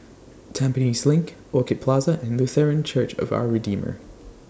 Tampines LINK Orchid Plaza and Lutheran Church of Our Redeemer